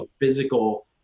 physical